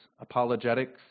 apologetics